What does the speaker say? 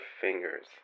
fingers